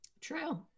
True